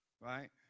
right